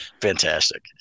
fantastic